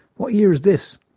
what year is this?